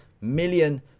million